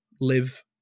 live